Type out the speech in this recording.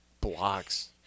blocks